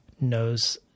knows